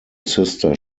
sister